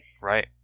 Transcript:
Right